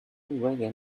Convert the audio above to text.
reggae